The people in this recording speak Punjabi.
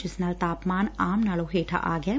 ਜਿਸ ਨਾਲ ਤਾਪਮਾਨ ਆਮ ਨਾਲੋਂ ਹੇਠਾ ਆ ਗਿਐ